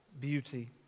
beauty